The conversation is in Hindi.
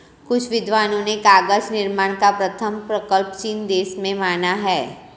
कुछ विद्वानों ने कागज निर्माण का प्रथम प्रकल्प चीन देश में माना है